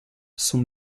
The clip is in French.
son